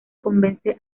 convence